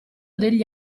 degli